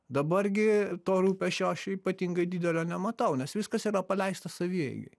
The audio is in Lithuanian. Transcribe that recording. dabar gi to rūpesčio aš ypatingai didelio nematau nes viskas yra paleista savieigai